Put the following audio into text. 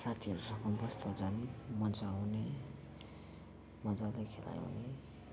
साथीहरूसँग बस्दा झन् मजा आउने मजाले खेलाइ हुने